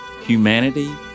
humanity